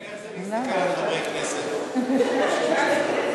איך זה להסתכל על חברי כנסת?